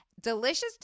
delicious